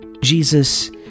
Jesus